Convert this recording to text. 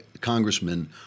congressman